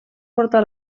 portar